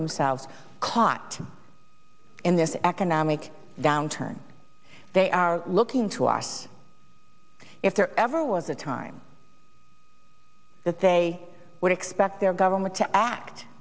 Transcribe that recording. themselves caught in this economic downturn they are looking to us if there ever was a time that they would expect their government to act